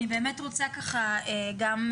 אני גם רוצה לברך.